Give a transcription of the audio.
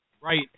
Right